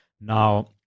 Now